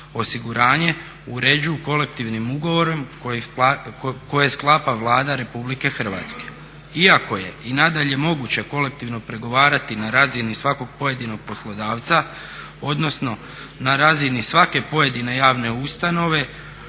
HZZO-a uređuju kolektivnim ugovorom koji sklapa Vlada Republike Hrvatske. Iako je i nadalje moguće kolektivno pregovarati na razini svakog pojedinog poslodavca, odnosno na razini svake pojedine javne ustanove